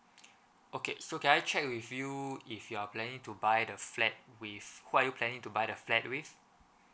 okay so can I check with you if you are planning to buy the flat with who are you planning to buy the flat with